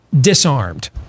disarmed